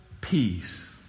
peace